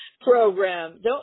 program